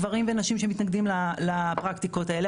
גברים ונשים שמתנגדים לפרקטיקות האלה.